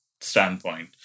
standpoint